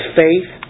faith